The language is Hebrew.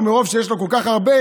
או מרוב שיש לו כל כך הרבה,